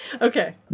okay